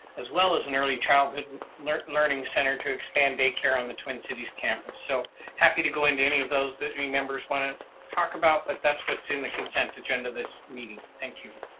as well as an early childhood learning learning center to expand daycare on the twin cities campus. so happy to go into any of those, that members want to talk about, but that's what's in the consent agenda, this meeting. thank you.